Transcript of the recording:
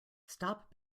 stop